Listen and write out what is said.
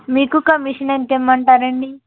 మీకు కమిషన్ ఎంత ఇవ్వమంటారు అండి